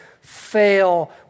fail